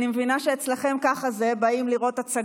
אם אתה היית מנצל את הבמה כדי להתנער מראש ממשלה שחשוד